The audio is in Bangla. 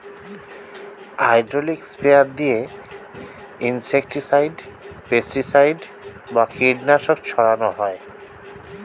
হাইড্রোলিক স্প্রেয়ার দিয়ে ইনসেক্টিসাইড, পেস্টিসাইড বা কীটনাশক ছড়ান হয়